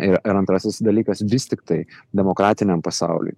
ir ir antrasis dalykas vis tiktai demokratiniam pasauliui